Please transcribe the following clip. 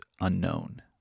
unknown